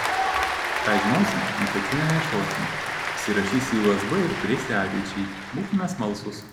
ką žinosi ant pečių nenešiosi įsirašysi į usb ir turėsi ateičiai būkime smalsūs